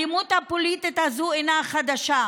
האלימות הפוליטית הזאת אינה חדשה.